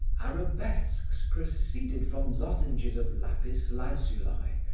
arabesques proceeded from lozenges of lapis lazuli,